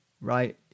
Right